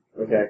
Okay